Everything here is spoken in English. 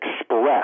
express